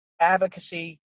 advocacy